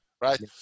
right